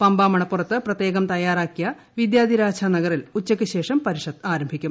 പമ്പ മണൽപ്പുറത്ത് പ്രത്യേകം തയ്യാറാക്കിയ വിദ്യാധിരാജ നഗറിൽ ഉച്ചക്ക്ശേഷം പരിഷത് ആരംഭിക്കും